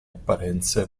apparenze